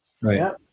Right